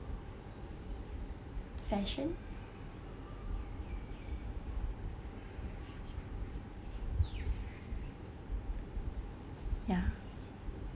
fashion ya